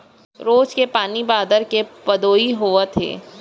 रोज के पानी बादर के पदोई होवत हे